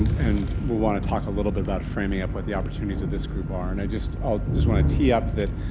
and we want to talk a little bit about framing up with the opportunities of this group are, and i just ah just want to tee up,